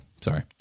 sorry